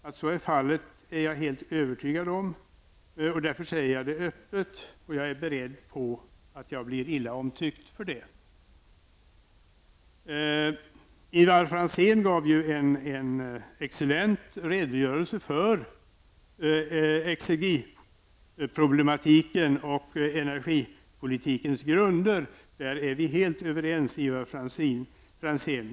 Att så är fallet är jag helt övertygad om, och därför säger jag det öppet, och jag är beredd på att jag blir illa omtyckt. Ivar Franzén gav en excellent redogörelse för entropiproblematiken och energipolitikens grunder. Där är vi helt överens, Ivar Franzén.